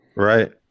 Right